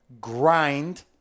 grind